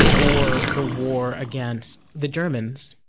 or the war against the germans.